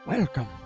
Welcome